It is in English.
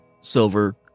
silver